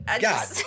God